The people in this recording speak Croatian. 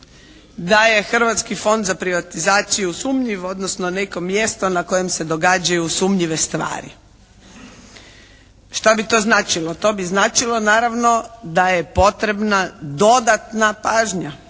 da je Hrvatski fond za privatizaciju sumnjiv, odnosno neko mjesto na kojem se događaju sumnjive stvari. Šta bi to značilo? To bi značilo naravno da je potrebna dodatna pažnja,